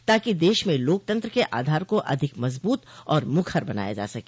ताकि देश में लोकतंत्र के आधार को अधिक मजबूत और मुखर बनाया जा सके